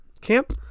camp